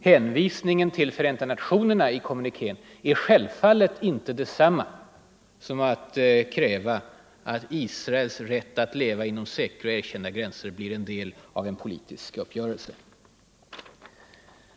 Hänvisningen i kommunikén till FN är självfallet inte detsamma som att kräva 171 att Israels rätt att leva inom säkra och erkända gränser blir en del av en politisk uppgörelse.